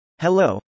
Hello